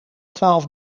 twaalf